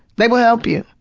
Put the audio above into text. they will help you.